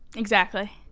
exactly.